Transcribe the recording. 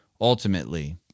Ultimately